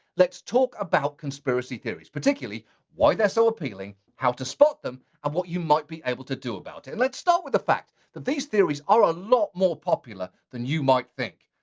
let's talk about conspiracy theories. particularly why they're so appealing, how to spot them, and what you might be able to do about it. and let's start with the fact that these theories are a lot more popular than you might think.